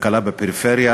כלכלה בפריפריה